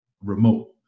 remote